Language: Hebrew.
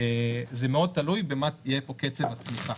זה מאוד תלוי במה יהיה פה קצב הצמיחה.